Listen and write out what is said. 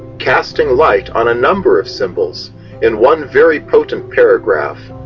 casting light on a number of symbols in one very potent paragraph,